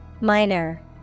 Minor